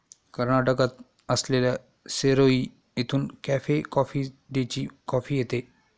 कर्नाटकात असलेल्या सेराई येथून कॅफे कॉफी डेची कॉफी येते